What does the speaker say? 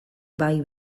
bai